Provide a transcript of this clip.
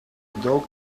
dog